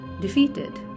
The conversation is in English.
defeated